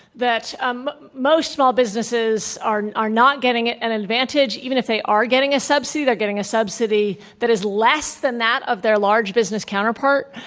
that um most small businesses are are not getting an advantage. even if they are getting a subsidy, they're getting a subsidy that is less than that of their large business counterpart.